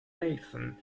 nathan